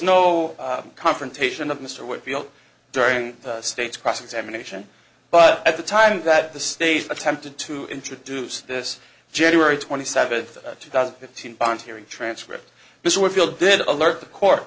no confrontation of mr wickfield during the state's cross examination but at the time that the state attempted to introduce this january twenty seventh two thousand fifteen bond hearing transcript this would feel did alert the court